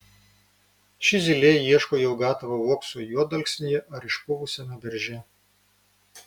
ši zylė ieško jau gatavo uokso juodalksnyje ar išpuvusiame berže